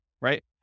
right